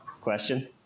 question